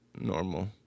normal